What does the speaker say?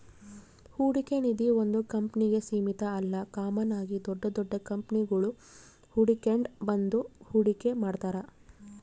ಹೂಡಿಕೆ ನಿಧೀ ಒಂದು ಕಂಪ್ನಿಗೆ ಸೀಮಿತ ಅಲ್ಲ ಕಾಮನ್ ಆಗಿ ದೊಡ್ ದೊಡ್ ಕಂಪನಿಗುಳು ಕೂಡಿಕೆಂಡ್ ಬಂದು ಹೂಡಿಕೆ ಮಾಡ್ತಾರ